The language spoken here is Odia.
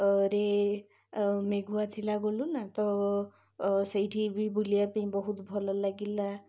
ରେ ମେଘୁଆ ଥିଲା ଗଲୁ ନା ତ ସେଇଠି ବି ବୁଲିବା ପାଇଁ ବହୁତ ଭଲ ଲାଗିଲା